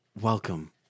welcome